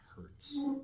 hurts